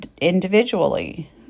individually